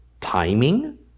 timing